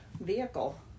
vehicle